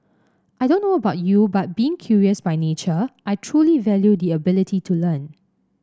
I don't know about you but being curious by nature I truly value the ability to learn